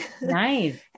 Nice